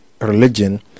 religion